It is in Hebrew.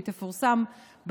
והיא תפורסם באתר.